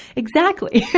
exactly.